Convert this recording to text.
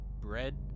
bread